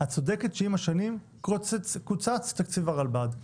את צודקת שעם השנים קוצץ תקציב הרלב"ד,